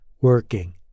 working